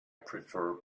prefer